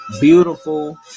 beautiful